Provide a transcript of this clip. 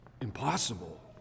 impossible